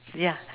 ya